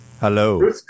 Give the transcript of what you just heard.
Hello